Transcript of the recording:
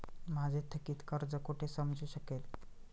माझे थकीत कर्ज कुठे समजू शकेल?